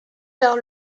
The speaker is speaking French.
vers